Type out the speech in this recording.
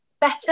better